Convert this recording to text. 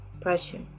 pressure